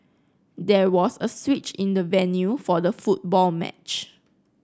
there was a switch in the venue for the football match